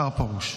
השר פרוש.